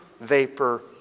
vapor